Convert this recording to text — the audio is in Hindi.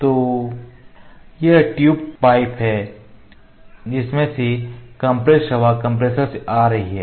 तो यह ट्यूब पाइप है जिसमें से कंप्रेस्ड हवा कंप्रेसर से आ रही है